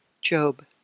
Job